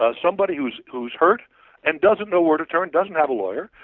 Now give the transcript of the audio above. ah somebody who is who is hurt and doesn't know where to turn, doesn't have a lawyer,